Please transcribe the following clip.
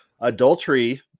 Adultery